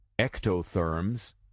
ectotherms